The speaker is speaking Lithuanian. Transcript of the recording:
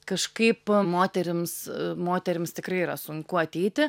kažkaip moterims moterims tikrai yra sunku ateiti